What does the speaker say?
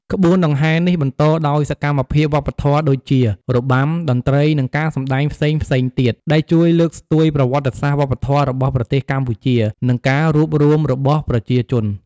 ក្បួនដង្ហែរនេះ បន្តដោយសកម្មភាពវប្បធម៌ដូចជា របាំ តន្ត្រី និងការសម្តែងផ្សេងៗទៀត ដែលជួយលើកស្ទួយប្រវត្តិសាស្រ្តវប្បធម៌របស់ប្រទេសកម្ពុជា និងការរួបរួមរបស់ប្រជាជន។